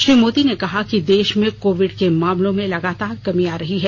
श्री मोदी ने कहा कि देश में कोविड के मामलों में लगातार कमी आ रही है